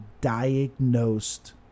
diagnosed